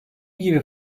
gibi